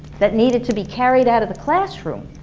that needed to be carried out of the classroom